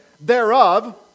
thereof